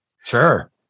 Sure